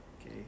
okay